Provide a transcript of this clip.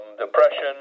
depression